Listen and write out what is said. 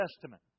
Testament